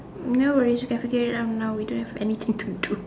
no worries we can figute it out now we don't have anything thing to do